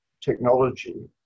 technology